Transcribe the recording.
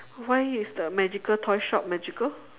why is the magical toy shop magical